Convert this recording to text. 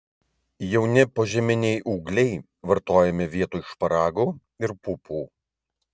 jauni požeminiai ūgliai vartojami vietoj šparagų ir pupų